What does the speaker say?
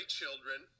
children